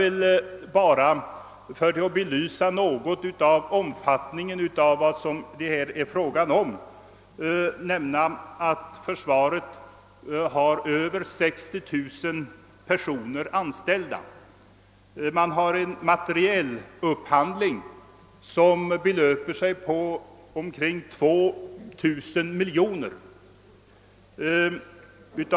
För att belysa omfattningen av denna verksamhet vill jag nämna att försvaret har över 60 000 anställda och en materielupphandling som belöper sig till omkring 2000 miljoner kronor.